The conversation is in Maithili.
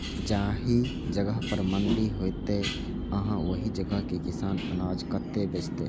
जाहि जगह पर मंडी हैते आ ओहि जगह के किसान अनाज कतय बेचते?